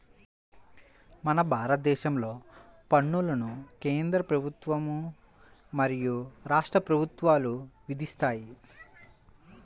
మన భారతదేశంలో పన్నులను కేంద్ర ప్రభుత్వం మరియు రాష్ట్ర ప్రభుత్వాలు విధిస్తాయి